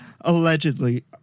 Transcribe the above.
Allegedly